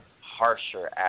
harsher